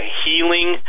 healing